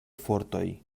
fortoj